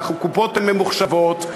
הקופות ממוחשבות,